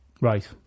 Right